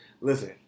listen